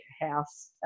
house